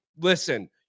listen